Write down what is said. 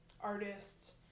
artists